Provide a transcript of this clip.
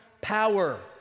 Power